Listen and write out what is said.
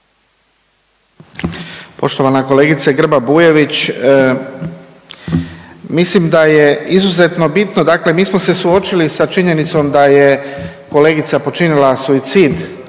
Poštovana kolegice Grba Bujević, mislim da je izuzetno bitno, dakle mi smo se suočili sa činjenicom da je kolegica počinila suicid